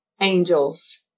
angels